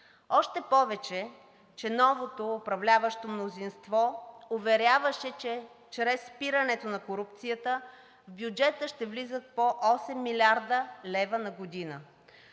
Още повече че новото управляващо мнозинство уверяваше, че чрез спирането на корупцията в бюджета ще влизат по 8 млрд. лв. на година.